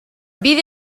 bide